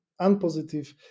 unpositive